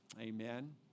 Amen